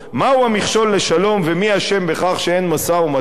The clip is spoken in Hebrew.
מהו המכשול לשלום ומי אשם בכך שאין משא-ומתן?